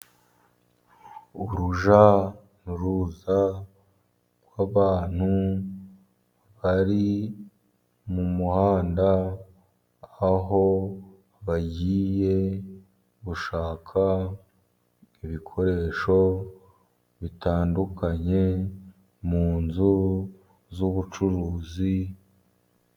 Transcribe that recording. Urujya n'uruza rw'abantu bari mu muhanda, aho bagiye gushaka ibikoresho bitandukanye ,mu nzu zubucuruzi.